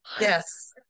Yes